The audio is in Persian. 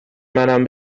منم